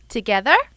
Together